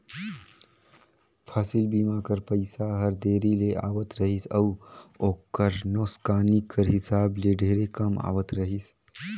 फसिल बीमा कर पइसा हर देरी ले आवत रहिस अउ ओकर नोसकानी कर हिसाब ले ढेरे कम आवत रहिस